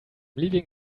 leaving